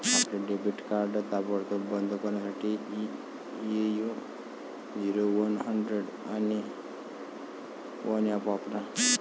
आपले debit card ताबडतोब बंद करण्यासाठी ए.यू झिरो वन हंड्रेड आणि वन ऍप वापरा